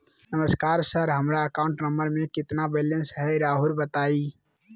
नमस्कार सर हमरा account number में कितना बैलेंस हेई राहुर बताई?